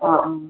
ആ ആ